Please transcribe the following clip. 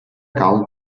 cal